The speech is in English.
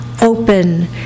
open